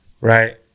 right